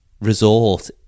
resort